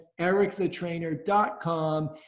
ericthetrainer.com